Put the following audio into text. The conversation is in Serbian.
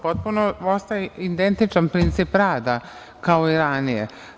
Potpuno ostaje identičan princip rada kao i ranije.